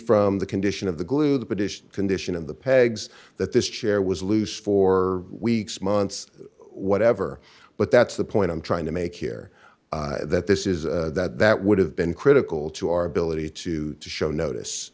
from the condition of the glue the petition condition of the pegs that this chair was loose for weeks months whatever but that's the point i'm trying to make here that this is that that would have been critical to our ability to show notice